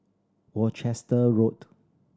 Worcester Road